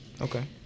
Okay